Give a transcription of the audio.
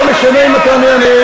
לא משנה אם אתה מימין,